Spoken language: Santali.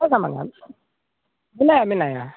ᱜᱟᱱ ᱫᱚ ᱢᱮᱱᱟᱭᱟ ᱢᱮᱱᱟᱭᱟ